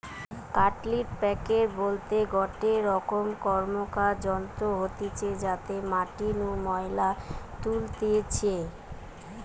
কাল্টিপ্যাকের বলতে গটে রকম র্কমকার যন্ত্র হতিছে যাতে মাটি নু ময়লা তুলতিছে